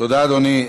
תודה, אדוני.